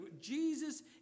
Jesus